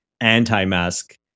anti-mask